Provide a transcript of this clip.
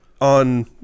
on